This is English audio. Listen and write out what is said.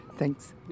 Thanks